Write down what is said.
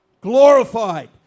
glorified